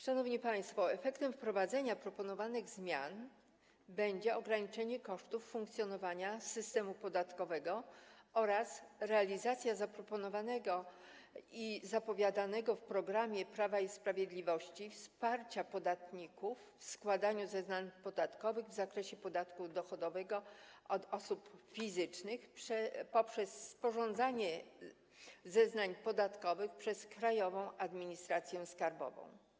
Szanowni państwo, efektem wprowadzenia proponowanych zmian będzie ograniczenie kosztów funkcjonowania systemu podatkowego oraz udzielenie zaproponowanego i zapowiadanego w programie Prawa i Sprawiedliwości wsparcia podatnikom w składaniu zeznań podatkowych w zakresie podatku dochodowego od osób fizycznych poprzez sporządzanie zeznań podatkowych przez Krajową Administrację Skarbową.